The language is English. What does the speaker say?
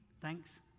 thanks